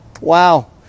Wow